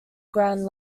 ground